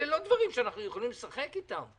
אלה לא דברים שאנחנו יכולים לשחק איתם.